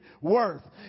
worth